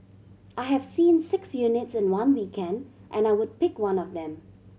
I have seen six units in one weekend and I would pick one of them